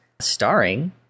starring